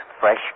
fresh